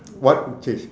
what would change